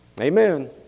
Amen